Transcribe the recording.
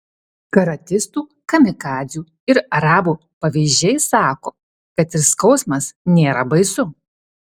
karatistų kamikadzių ir arabų pavyzdžiai sako kad ir skausmas nėra baisu